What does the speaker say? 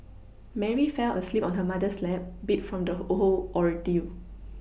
Mary fell asleep on her mother's lap beat from the whole ordeal